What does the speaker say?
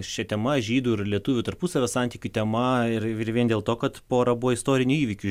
šia tema žydų ir lietuvių tarpusavio santykių tema ir ir vien dėl to kad pora buvo istorinių įvykių